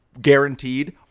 guaranteed